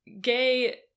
gay